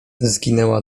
zginęła